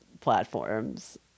platforms